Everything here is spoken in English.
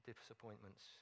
disappointments